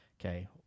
okay